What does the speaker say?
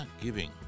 giving